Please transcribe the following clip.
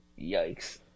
yikes